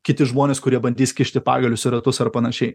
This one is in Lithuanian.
kiti žmonės kurie bandys kišti pagalius į ratus ar panašiai